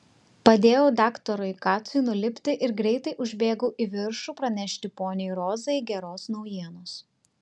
padėjau daktarui kacui nulipti ir greitai užbėgau į viršų pranešti poniai rozai geros naujienos